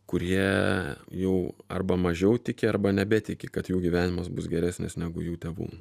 kurie jau arba mažiau tiki arba nebetiki kad jų gyvenimas bus geresnis negu jų tėvų